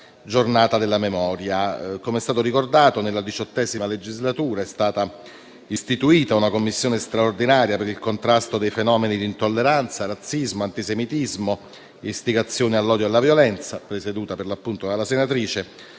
Giorno della Memoria. Come è stato ricordato, nella XVIII legislatura è stata istituita una Commissione straordinaria per il contrasto dei fenomeni di intolleranza, razzismo, antisemitismo, istigazione all'odio e alla violenza, presieduta dalla senatrice